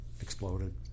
exploded